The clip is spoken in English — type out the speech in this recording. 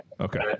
Okay